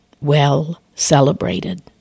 well-celebrated